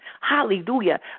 Hallelujah